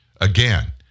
Again